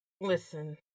Listen